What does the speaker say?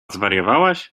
zwariowałaś